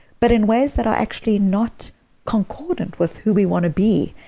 but in ways that are actually not concordant with who we want to be.